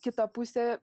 kita pusė